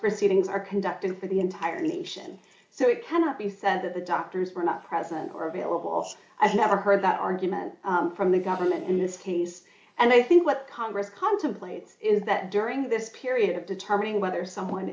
proceedings are conducted for the entire nation so it cannot be said that the doctors were not present or available i've never heard that argument from the government in this case and i think what congress contemplates is that during this period of determining whether someone